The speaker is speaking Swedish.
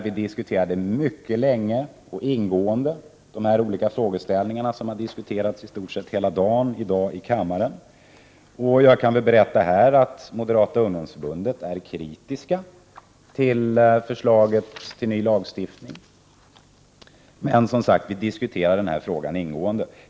Vi hade en lång och ingående diskussion om de frågeställningar som i dag har diskuterats här i kammaren i stort sett hela dagen. Jag kan berätta att man inom Moderata ungdomsförbundet är kritiskt inställd till förslaget om ny utlänningslag.